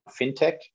fintech